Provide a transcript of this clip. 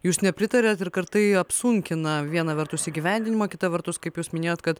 jūs nepritariat ir tai apsunkina viena vertus įgyvendinimą kita vertus kaip jūs minėjot kad